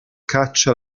caccia